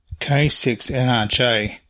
K6NRJ